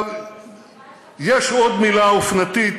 יש עוד מילה אופנתית